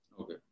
okay